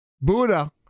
Buddha